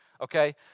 okay